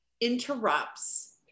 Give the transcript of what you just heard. interrupts